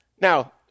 Now